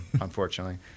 unfortunately